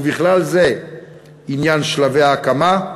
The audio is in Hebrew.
ובכלל זה עניין שלבי ההקמה,